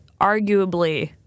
Arguably